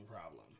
problem